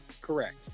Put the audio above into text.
Correct